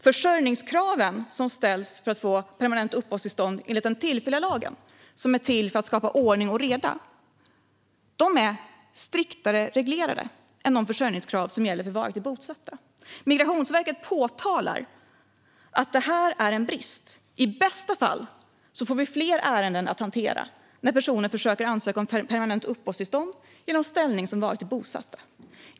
Försörjningskraven som ställs för att få permanent uppehållstillstånd enligt den tillfälliga lagen, som är till för att skapa ordning och reda, är striktare reglerade än de försörjningskrav som gäller för varaktigt bosatta. Migrationsverket påtalar att det här är en brist. I bästa fall får vi fler ärenden att hantera när personer försöker ansöka om permanent uppehållstillstånd genom ställning som varaktigt bosatta.